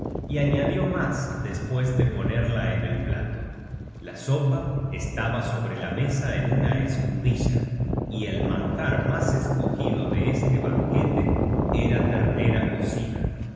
caldo y añadió mas despues de ponerla en el plato la sopa estaba sobre la mesa en una escudilla y el manjar mas escogido de este banquete era ternera cocida